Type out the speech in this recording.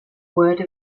word